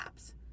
apps